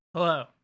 Hello